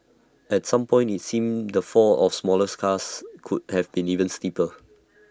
at some point IT seemed the fall of smaller cars could have been even steeper